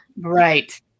Right